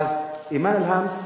אימאן אל-האמס